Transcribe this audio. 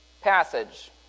passage